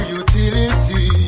utility